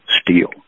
steel